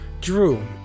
Drew